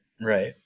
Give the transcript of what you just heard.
Right